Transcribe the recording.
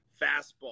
fastball